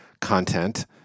content